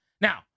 Now